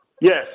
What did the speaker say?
Yes